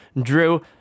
Drew